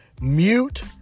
mute